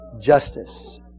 justice